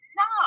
no